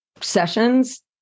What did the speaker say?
sessions